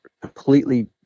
completely